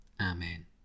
Amen